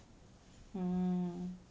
mm